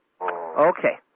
Okay